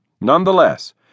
Nonetheless